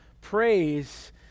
praise